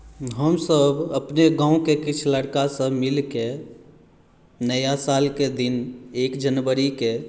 हमसभ अपने गाँवके किछु लड़कासभ मिलके नया सालके दिन एक जनवरीकेँ